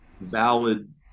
valid